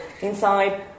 inside